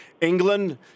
England